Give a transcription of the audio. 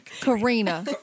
Karina